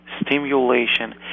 stimulation